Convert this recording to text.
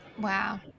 wow